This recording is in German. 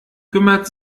kümmert